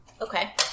Okay